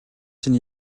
чинь